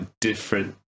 different